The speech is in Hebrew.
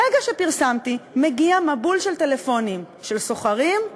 ברגע שפרסמתי מגיע מבול של טלפונים, של שוכרים?